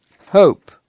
hope